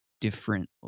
different